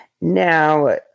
now